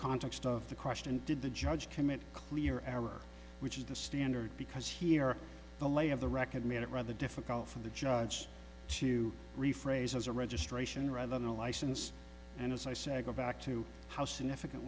context of the question did the judge commit clear error which is the standard because here the lay of the record made it rather difficult for the judge to rephrase as a registration rather than a license and as i say go back to how significant